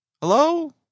hello